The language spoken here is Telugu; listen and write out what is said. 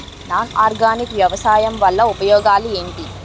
నాన్ ఆర్గానిక్ వ్యవసాయం వల్ల ఉపయోగాలు ఏంటీ?